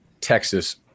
Texas